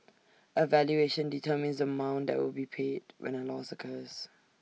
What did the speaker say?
A valuation determines the amount that will be paid when A loss occurs